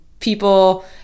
People